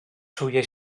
czuje